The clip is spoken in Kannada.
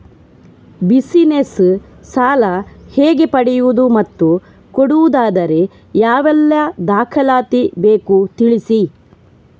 ಬಿಸಿನೆಸ್ ಸಾಲ ಹೇಗೆ ಪಡೆಯುವುದು ಮತ್ತು ಕೊಡುವುದಾದರೆ ಯಾವೆಲ್ಲ ದಾಖಲಾತಿ ಬೇಕು ತಿಳಿಸಿ?